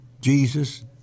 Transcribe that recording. Jesus